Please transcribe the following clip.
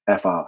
fr